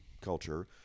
culture